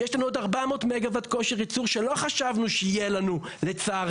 יש לנו עוד 400 מגה-וואט כושר ייצור שלא חשבנו שיהיה לנו לצערנו.